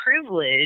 privilege